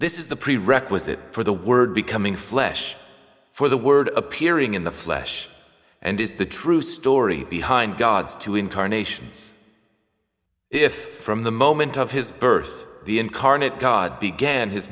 this is the prerequisite for the word becoming flesh for the word appearing in the flesh and is the true story behind god's two incarnations if from the moment of his birth the incarnate god began his